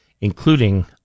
including